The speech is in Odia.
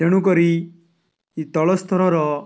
ତେଣୁକରି ତଳସ୍ଥରର